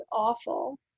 awful